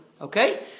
Okay